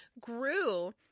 grew